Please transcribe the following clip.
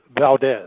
Valdez